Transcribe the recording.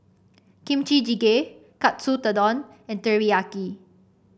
Kimchi Jjigae Katsu Tendon and Teriyaki